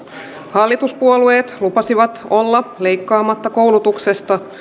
hallituspuolueet lupasivat olla leikkaamatta koulutuksesta